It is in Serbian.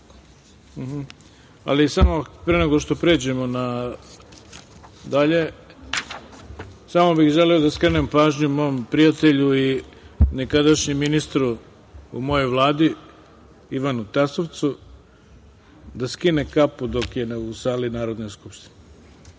odbora. Pre nego što pređemo na dalji rad, samo bih želeo da skrenem pažnju mom prijatelju i nekadašnjem ministru u mojoj Vladi, Ivanu Tasovcu, da skine kapu dok je u sali Narodne